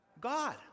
God